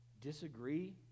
disagree